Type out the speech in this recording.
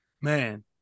Man